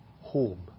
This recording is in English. home